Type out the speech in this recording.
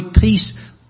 peace